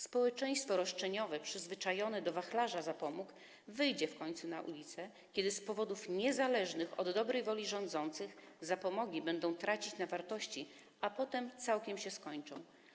Społeczeństwo roszczeniowe, przyzwyczajone do wachlarza zapomóg wyjdzie w końcu na ulicę, kiedy z powodów niezależnych od dobrej woli rządzących zapomogi będą tracić na wartości, a potem całkiem się skończą.